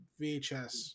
VHS